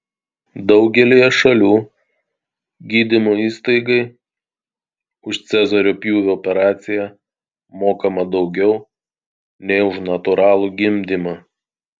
daugelyje šalių gydymo įstaigai už cezario pjūvio operaciją mokama daugiau nei už natūralų gimdymą